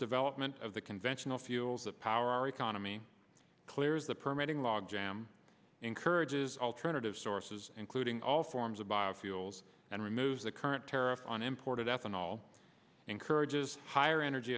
development of the conventional fuels of power our economy clears the permitting log jam encourages alternative sources including all forms of biofuels and removes the current tariff on imported ethanol encourages higher energy